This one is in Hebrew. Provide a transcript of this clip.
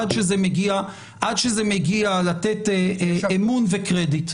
עד שזה מגיע לתת אמון וקרדיט.